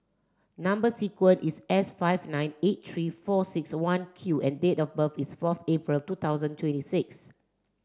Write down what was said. number sequence is S five nine eight three four six one Q and date of birth is fourth April two thousand twenty six